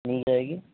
مِل جائے گی